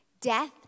death